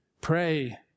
Pray